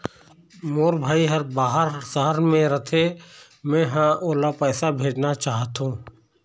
मोर भाई हर बाहर शहर में रथे, मै ह ओला पैसा भेजना चाहथों